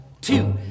two